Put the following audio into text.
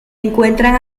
encuentran